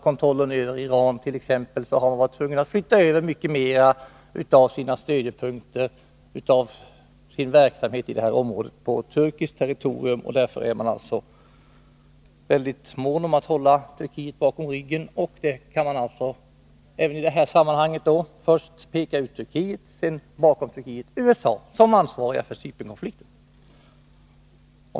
kontrollen över Iran förlorades, var man tvungen att flytta över mycket mer av verksamheten i det här området till turkiskt territorium. Därför är USA-regimen mycket mån om att hålla Turkiet om ryggen. Man kan således i detta sammanhang utpeka Turkiet, och bakom Turkiet USA, som ansvariga för Cypernkonflikten.